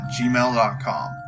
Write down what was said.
gmail.com